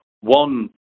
one